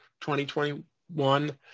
2021